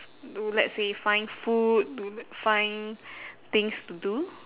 to let's say find food do find things to do